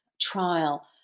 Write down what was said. trial